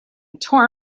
tore